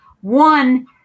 One